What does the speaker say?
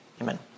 amen